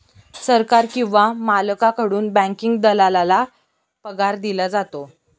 सरकार किंवा मालकाकडून बँकिंग दलालाला पगार दिला जातो